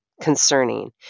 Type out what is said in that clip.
concerning